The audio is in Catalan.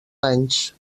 anys